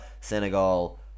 Senegal